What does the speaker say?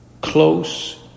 close